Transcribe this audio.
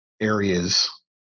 areas